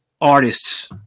artists